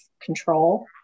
control